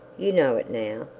you know it now,